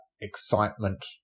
excitement